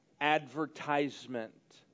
advertisement